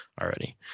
already